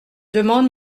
demande